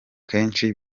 kenshi